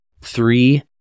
three